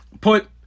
put